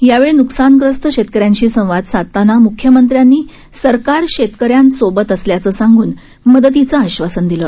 यावेळी नुकसानग्रस्त शेतकऱ्यांशी संवाद साधताना म्ख्यमंत्र्यांनी सरकार शेतकऱ्यांसोबत असल्याचं सांपून मदतीचं आश्वासन दिलं